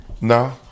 No